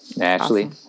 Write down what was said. Ashley